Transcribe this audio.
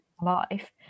life